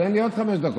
תן לי עוד חמש דקות.